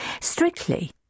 Strictly